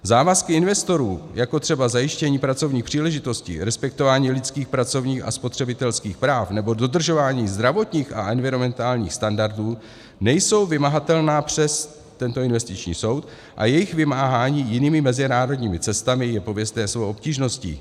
Závazky investorů, jako třeba zajištění pracovních příležitostí, respektování lidských pracovních a spotřebitelských práv nebo dodržování zdravotních a environmentálních standardů, nejsou vymahatelné přes tento investiční soud a jejich vymáhání jinými mezinárodními cestami je pověstné svou obtížností.